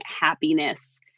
happiness